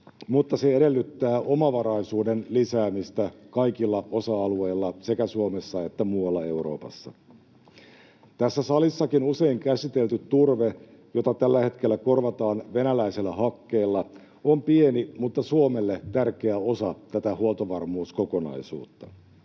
mutta se edellyttää omavaraisuuden lisäämistä kaikilla osa-alueilla sekä Suomessa että muualla Euroopassa. Tässä salissakin usein käsitelty turve, jota tällä hetkellä korvataan venäläisellä hakkeella, on pieni mutta Suomelle tärkeä osa tätä huoltovarmuuskokonaisuutta.